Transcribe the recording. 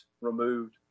removed